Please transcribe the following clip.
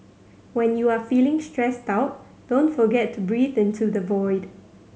when you are feeling stressed out don't forget to breathe into the void